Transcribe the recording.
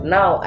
Now